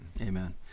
Amen